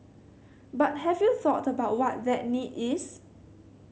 but have you thought about what that need is